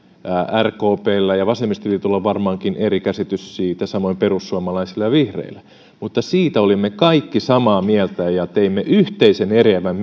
rkpllä ja vasemmistoliitolla varmaankin on eri käsitys siitä samoin perussuomalaisilla ja vihreillä mutta siitä olimme kaikki samaa mieltä ja teimme siitä yhteisen eriävän